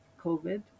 COVID